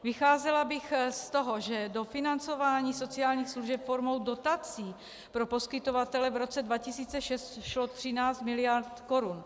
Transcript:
Vycházela bych z toho, že do financování sociálních služeb formou dotací pro poskytovatele v roce 2006 šlo 13 miliard korun.